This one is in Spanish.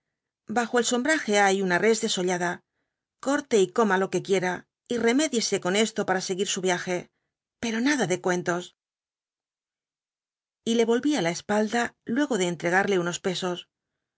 bajo el sombraje hay una res desollada corte y coma lo que quiera y remedíese con esto para seguir su viaje pero nada de cuentos y le volvía la espalda luego de entregarle unos pteeos